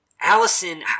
Allison